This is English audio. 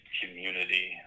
community